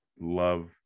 love